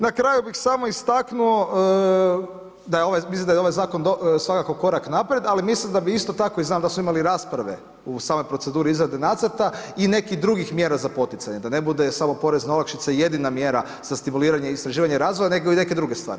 Na kraju bih samo istaknuo da je ovaj zakon svakako korak naprijed, ali mislim da bi isto tako i znam da smo imali rasprave u samoj proceduri izrade nacrta i nekih drugih mjera za poticanje, da ne bude samo porezna olakšica jedina mjera za stimuliranje i istraživanje razvoja, nego i neke druge stvari.